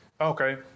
Okay